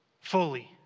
fully